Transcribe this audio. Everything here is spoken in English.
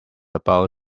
about